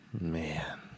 Man